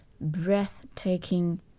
breathtaking